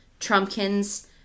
Trumpkin's